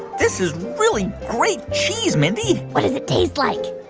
this is really great cheese, mindy what does it taste like?